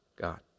God